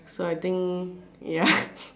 so I think ya